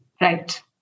Right